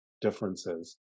differences